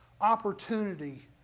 opportunity